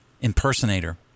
impersonator